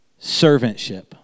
servantship